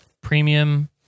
premium